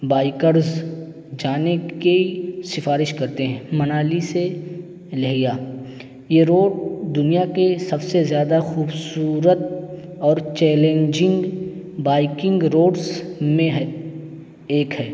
bikers جانے کی شفارش کرتے ہیں منالی سے لیہ یہ روڈ دنیا کے سب سے زیادہ خوبصورت اور چیلنجنگ بائکنگ روڈس میں ہے ایک ہے